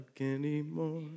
anymore